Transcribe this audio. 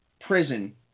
prison